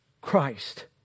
christ